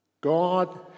God